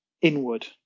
inward